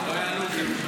ועדת החוץ והביטחון.